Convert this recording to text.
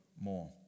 more